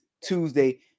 Tuesday